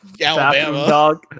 Alabama